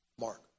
mark